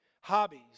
Hobbies